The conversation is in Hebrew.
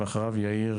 בוקר טוב